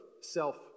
self